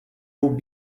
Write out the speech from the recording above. vous